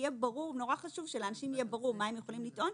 מאוד חשוב שלאנשים יהיה ברור מה הם יכולים לטעון.